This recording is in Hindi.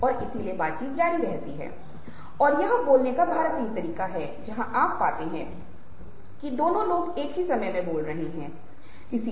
बहुत बार आप पाते हैं कि यह या तो एक मृत अभिव्यक्ति के साथ या एक स्थानापन्न अभिव्यक्ति के साथ बदल दिया जाता है